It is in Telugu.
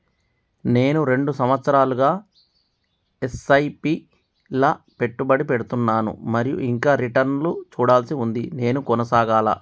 నేను రెండు సంవత్సరాలుగా ల ఎస్.ఐ.పి లా పెట్టుబడి పెడుతున్నాను మరియు ఇంకా రిటర్న్ లు చూడాల్సి ఉంది నేను కొనసాగాలా?